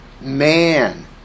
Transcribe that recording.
man